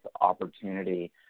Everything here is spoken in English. opportunity